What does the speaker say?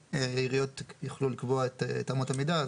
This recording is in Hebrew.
אני חושב שעד המועד הזה עיריות יוכלו לקבוע את אמות המידה.